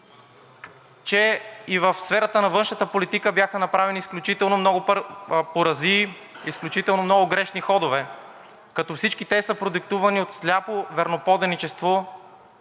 че и в сферата на външната политика бяха направени изключително много поразии, изключително много грешни ходове, като всички те са продиктувани от сляпо верноподаничество